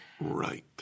Right